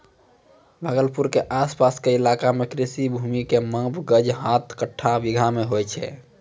भागलपुर के आस पास के इलाका मॅ कृषि भूमि के माप गज, हाथ, कट्ठा, बीघा मॅ होय छै